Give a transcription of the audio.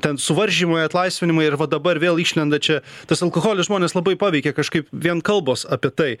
ten suvaržymai atlaisvinimai ir va dabar vėl išlenda čia tas alkoholis žmones labai paveikė kažkaip vien kalbos apie tai